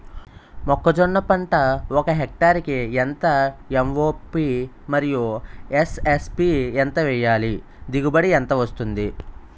మొక్కజొన్న పంట ఒక హెక్టార్ కి ఎంత ఎం.ఓ.పి మరియు ఎస్.ఎస్.పి ఎంత వేయాలి? దిగుబడి ఎంత వస్తుంది?